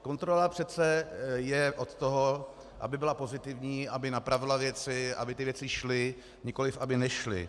Kontrola přece je od toho, aby byla pozitivní, aby napravila věci, aby ty věci šly, nikoliv aby nešly.